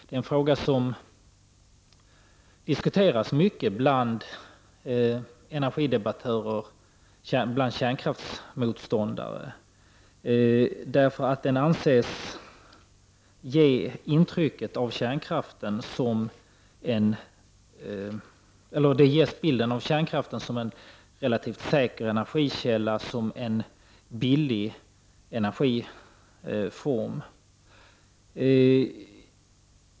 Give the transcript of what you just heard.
Det är en fråga som diskuteras mycket bland energidebattörer och kärnkraftsmotståndare. Många ger en bild av kärnkraften såsom en relativt säker energikälla och som en billig energiform.